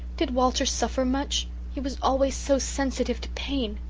did walter suffer much he was always so sensitive to pain.